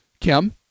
Kim